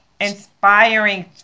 inspiring